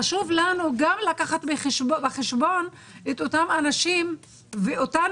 חשוב לנו גם לקחת בחשבון את אותם אנשים ואותן